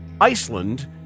Iceland